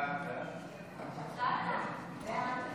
ההצעה להעביר